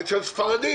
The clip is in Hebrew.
אדוני הנציב,